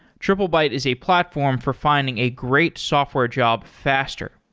triplebyte is a platform for finding a great software job faster.